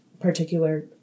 particular